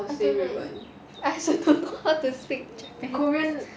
I also don't know I also don't know how to speak japanese